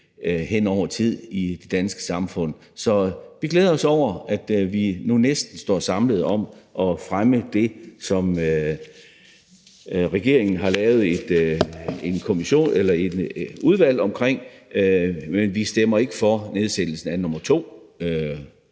gennem årene i det danske samfund. Så vi glæder os over, at vi nu næsten står samlet om at fremme det, som regeringen har lavet et udvalg omkring, men vi stemmer ikke for nedsættelsen af udvalg nummer to